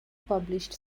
published